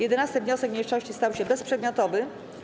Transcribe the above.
11. wniosek mniejszości stał się bezprzedmiotowy.